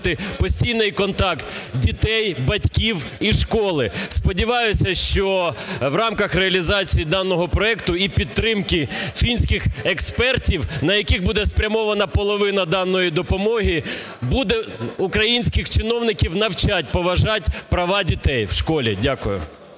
постійний контакт дітей, батьків і школи. Сподіваюся, що в рамках реалізації даного проекту і підтримки фінських експертів, на яких буде спрямована половина даної допомоги, буде українських чиновників навчати поважати права дітей в школі. Дякую.